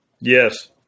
Yes